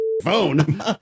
phone